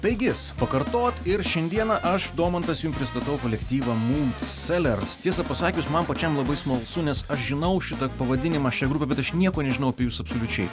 taigis pakartot ir šiandieną aš domantas jum pristatau kolektyvą mūd selers tiesą pasakius man pačiam labai smalsu nes aš žinau šitą pavadinimą šią grupę bet aš nieko nežinau apei jus absoliučiai